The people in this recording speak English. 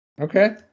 Okay